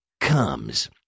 comes